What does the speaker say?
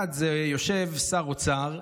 אחד, יושב שר אוצר,